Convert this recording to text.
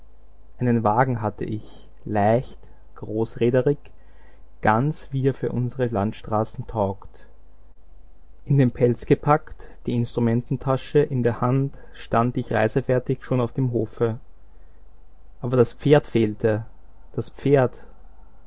ihm einen wagen hatte ich leicht großräderig ganz wie er für unsere landstraßen taugt in den pelz gepackt die instrumententasche in der hand stand ich reisefertig schon auf dem hofe aber das pferd fehlte das pferd